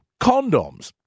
condoms